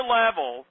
level